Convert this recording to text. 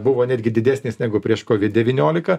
buvo netgi didesnės negu prieš covid devyniolika